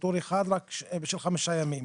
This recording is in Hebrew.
טור אחד רק של חמישה ימים.